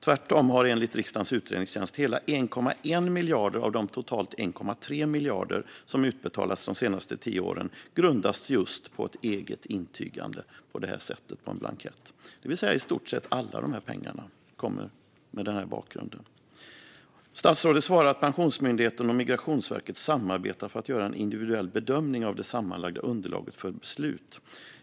Tvärtom har enligt riksdagens utredningstjänst hela 1,1 miljarder av de totalt 1,3 miljarder som utbetalats de senaste tio åren grundats just på ett eget intygande på en blankett. I stort sett alla dessa pengar kommer alltså med den bakgrunden. Statsrådet svarade att Pensionsmyndigheten och Migrationsverket samarbetar för att göra en individuell bedömning av det sammanlagda underlaget för beslut.